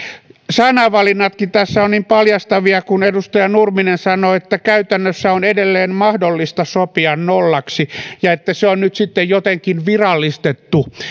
sanavalinnatkin tässä ovat niin paljastavia kun edustaja nurminen sanoi että käytännössä on edelleen mahdollista sopia nollaksi ja että se on nyt sitten jotenkin virallistettu